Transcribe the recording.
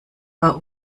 war